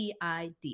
PID